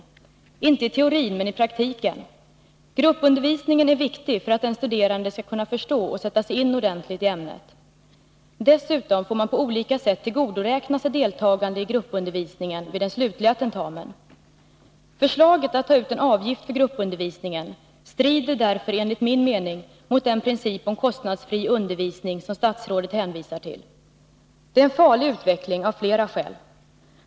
Svaret blir: inte i teorin, men i praktiken. Gruppundervisningen är viktig för att den studerande skall kunna förstå och ordentligt sätta sig in i ämnet. Dessutom får man på olika sätt tillgodoräkna sig deltagande i gruppundervisningen vid den slutliga tentamen. Förslaget att ta ut en avgift för gruppundervisningen strider därför enligt min mening mot den princip beträffande kostnadsfri undervisning som statsrådet hänvisar till. Det är en farlig utveckling av flera skäl.